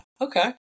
Okay